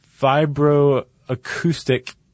vibroacoustic